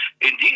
Indeed